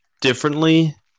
differently